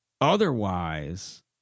Otherwise